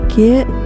get